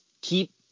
keep